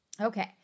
Okay